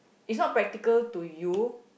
it's not practical to you